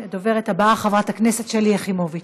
הדוברת הבאה, חברת הכנסת שלי יחימוביץ,